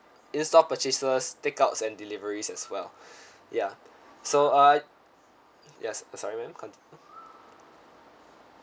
in store purchases take outs and deliveries as well ya so uh ya sorry ma'am continue